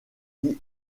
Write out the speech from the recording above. qui